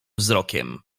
wzrokiem